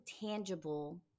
tangible